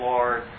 Lord